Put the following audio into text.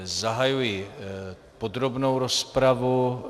Zahajuji podrobnou rozpravu.